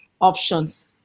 options